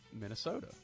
Minnesota